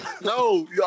No